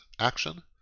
action